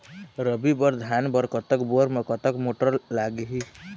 रबी बर धान बर कतक बोर म कतक मोटर लागिही?